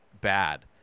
bad